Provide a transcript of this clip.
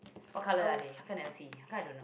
what color are they how can never see how come I don't